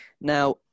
Now